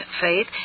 faith